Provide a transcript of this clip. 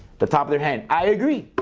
the top of their hand. i agree.